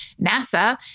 NASA